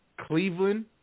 Cleveland